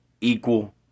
equal